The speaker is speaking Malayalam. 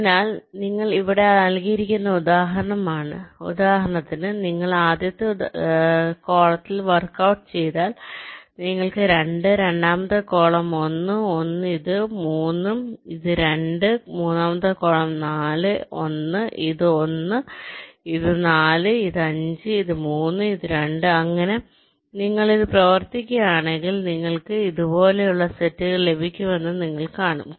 അതിനാൽ നിങ്ങൾ ഇവിടെ നൽകിയിരിക്കുന്ന ഉദാഹരണത്തിന് നിങ്ങൾ ആദ്യത്തെ കോളത്തിൽ വർക്ക്ഔട്ട് ചെയ്താൽ നിങ്ങൾക്ക് 2 രണ്ടാമത്തെ കോളം 1 1 ഇത് 3 ഇത് 2 മൂന്നാമത്തെ കോളം 4 1 ഇത് 1 ഇത് 4 ഇത് 5 ഇത് 3 ഇത് 2 അങ്ങനെ നിങ്ങൾ ഇത് പ്രവർത്തിക്കുകയാണെങ്കിൽ നിങ്ങൾക്ക് ഇതുപോലുള്ള സെറ്റുകൾ ലഭിക്കുമെന്ന് നിങ്ങൾ കാണും